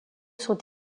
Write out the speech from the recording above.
sont